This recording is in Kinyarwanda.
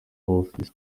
office